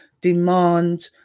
demand